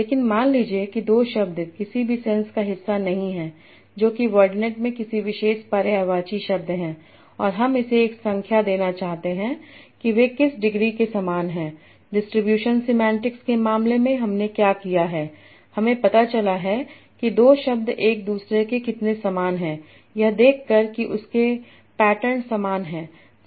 लेकिन मान लीजिये कि दो शब्द किसी भी सेंस का हिस्सा नहीं हैं जो कि वर्डनेट में किसी विशेष पर्यायवाची शब्द हैं और हम इसे एक संख्या देना चाहते हैं कि वे किस डिग्री के समान हैं डिस्ट्रीब्यूशन सिमेंटिक्स के मामले में हमने क्या किया है हमें पता चला है कि दो शब्द एक दूसरे के कितने समान हैं यह देखकर कि उनके पैटर्न समान हैं